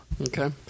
Okay